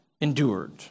endured